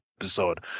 episode